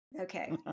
okay